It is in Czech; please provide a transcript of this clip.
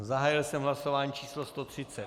Zahájil jsem hlasování číslo sto třicet...